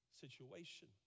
situation